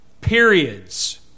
periods